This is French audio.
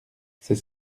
c’est